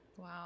Wow